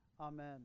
Amen